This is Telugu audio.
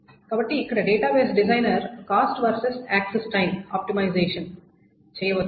కాబట్టి ఇక్కడ database designer cost versus access time optimisation చేయవచ్చు